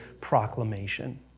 proclamation